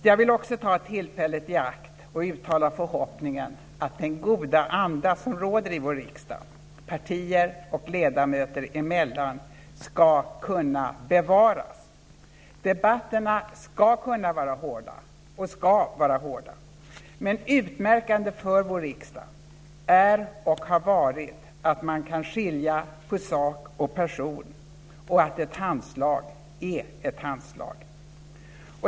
Jag vill också ta tillfället i akt och uttala förhoppningen att den goda anda som råder i vår riksdag, partier och ledamöter emellan, skall kunna bevaras. Debatterna skall kunna vara hårda och skall vara hårda, men utmärkande för vår riksdag är och har varit att man kan skilja på sak och person och att ett handslag är ett handslag.